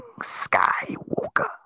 Skywalker